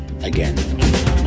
again